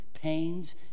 Pains